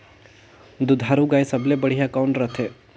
दुधारू गाय सबले बढ़िया कौन रथे?